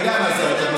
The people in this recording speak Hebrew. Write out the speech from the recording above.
אני יודע מה זה אוטובוס.